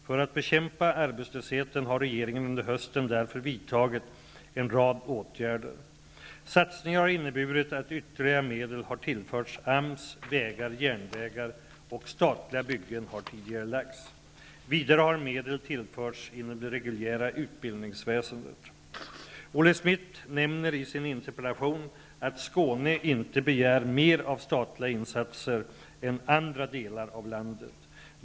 För att bekämpa arbetslösheten har regeringen under hösten därför vidtagit en rad åtgärder. Satsningarna har inneburit att ytterligare medel har tillförts AMS. Vägar, järnvägar och statliga byggen har tidigarelagts. Vidare har medel tillförts inom det reguljära utbildningsväsendet. Olle Schmidt nämner i sin interpellation att Skåne inte begär mer av statliga insatser än andra delar av landet.